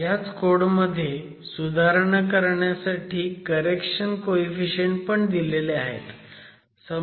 ह्याच कोड मध्ये सुधारणा करण्यासाठी करेक्शन कोईफिशियंट पण दिलेले आहेत